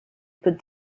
put